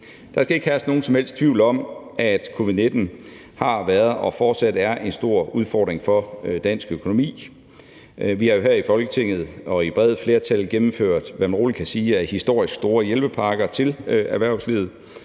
Der skal ikke herske nogen som helst tvivl om, at covid-19 har været og fortsat er en stor udfordring for dansk økonomi. Vi har jo her i Folketinget og med brede flertal gennemført, hvad man rolig kan sige er historisk store hjælpepakker til erhvervslivet,